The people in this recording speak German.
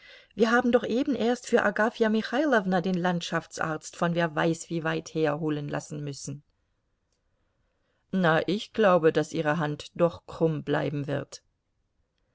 wir haben doch eben erst für agafja michailowna den landschaftsarzt von wer weiß wie weit her holen lassen müssen na ich glaube daß ihre hand doch krumm bleiben wird